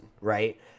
right